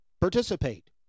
participate